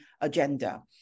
agenda